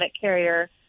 carrier